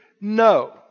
No